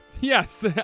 Yes